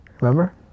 Remember